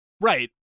Right